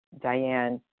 Diane